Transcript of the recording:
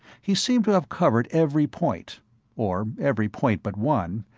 he seemed to have covered every point or every point but one,